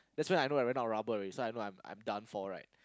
that's when I know I ran out of rubber already so I know I'm I'm done for right